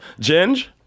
Ginge